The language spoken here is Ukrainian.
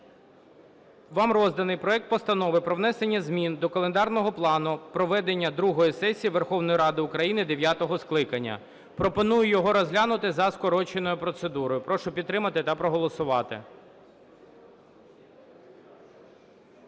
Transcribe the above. Вам розданий проект Постанови про внесення змін до календарного плану проведення другої сесії Верховної Ради України дев'ятого скликання. Пропоную його розглянути за скороченою процедурою. Прошу підтримати та проголосувати.